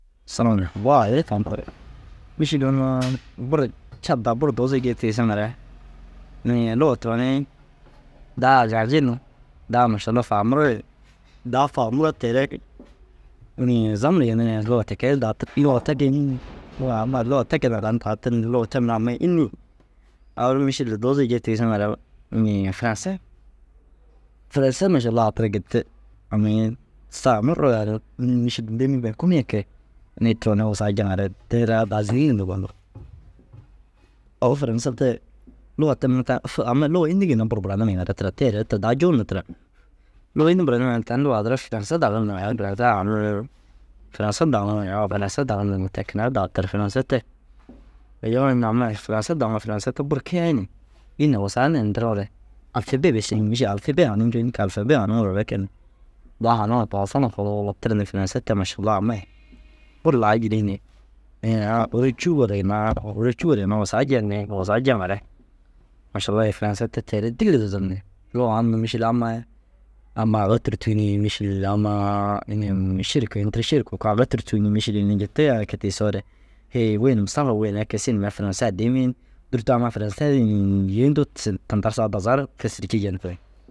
mîšil unnu buru Cad daa buru duuzu jii tiisiŋare inii luga turonii daa ajabji ni daa mašalla faamurigi daa faamuroo teere i inii zamur yenirige luga te kee daa tir. Luga te ke înnii? Lugaa amai lugaa te keenaa tani daa tir ni luga te mire amai înni yi? Au nuu mîšil duuzujii tiisiŋare inii furãse, furãse mašalla au tirai gedde amii unnu mîšil dêe mîl ben komiye kee inii turonii wusaa jeŋare te raa daa zînir ni gonir. Au furãse te luga te mire ta amai luga înni ginna buru buranir yiŋare tira tee re tira daa juuni tira. Luga înni bura niŋ yiŋare tani lugaa duro fusãse dagir niriŋare furãsea hanii furãse dagime yoo furãse dagir nir ni ti kener daa tir. Furãse te iyoo yinii amai furãse daŋoo furãse te buru kiyai ni yîin na wusaa nintiroore alfabe bes ini mîšil alfabe haanii ncoo înni kee? Alfabe haniŋiroore kee ni daa haaniŋiroo furãse turuurug. Tir ni furãse te mašalla amai buru laa jîrii ni inii ina ôora cûu gora ginna ara ôora cûu gor ginna wusaa jen ni wusaa jeŋare mašalla furãse te teere dîlli dudur ni lugaa unnu mîšil ammai amma aga tûrtug nii mîšil ammaa inii sêrka ini tira šêrka- u koo aga tûrtug ni. Mîšil ini ji te ai kee tiisoore hêe wên Musafa wêen ai kee siin mire furãse addii miin dûrtoo amma furãse inii yêentoo tisin tinta ru saa dazaga ru fêserci jentire